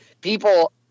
people